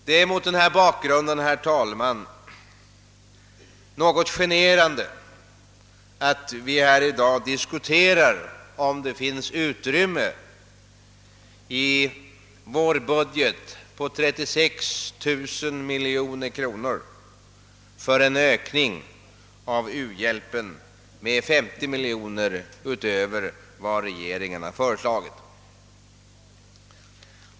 Det är mot denna bakgrund, herr talman, något generande att vi här i dag diskuterar, om det i vår budget på 36 000 miljoner kronor finns utrymme för en ökning av u-hjälpen med 50 miljoner kronor utöver vad regeringen har föreslagit.